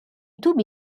tubi